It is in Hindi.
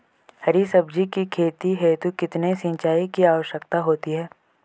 हरी सब्जी की खेती हेतु कितने सिंचाई की आवश्यकता होती है?